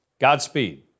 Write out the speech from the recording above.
Godspeed